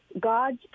God's